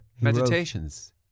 Meditations